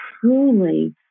truly